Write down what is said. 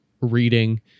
reading